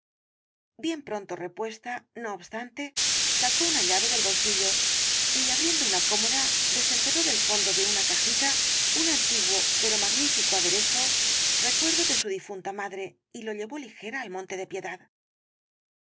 bien pronto repuesta no obstante sacó una llave del bolsillo y abriendo una cómoda desenterró del fondo de una cajita un antiguo pero magnífico aderezo recuerdo de su difunta madre y lo llevó ligera al monte de piedad